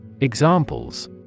Examples